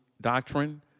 doctrine